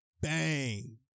Bang